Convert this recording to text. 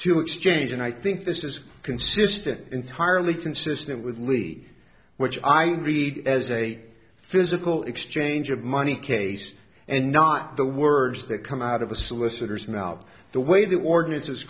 to exchange and i think this is consistent entirely consistent with lead which i read as a physical exchange of money cases and not the words that come out of a solicitors now the way the ordinance